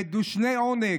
מדושני עונג,